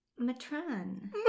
matron